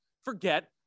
forget